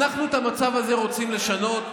אנחנו את המצב הזה רוצים לשנות,